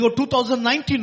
2019